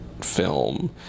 film